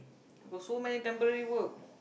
got so many temporary work